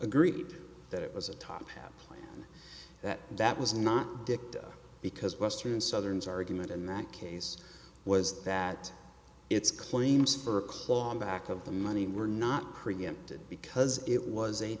agreed that it was a top plan that that was not picked up because western southerns argument in that case was that its claims for a claw back of the money were not preempted because it was a